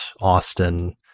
Austin